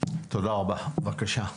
תודה רבה, בבקשה.